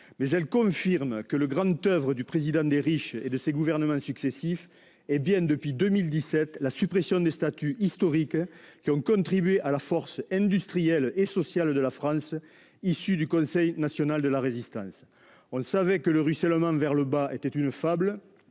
simplement que le grand oeuvre du président des riches et de ses gouvernements successifs est bien, depuis 2017, la suppression des statuts historiques qui ont contribué à la force industrielle et sociale de la France, telle qu'elle était issue du Conseil national de la Résistance. On savait que le ruissellement vers le bas était une fable.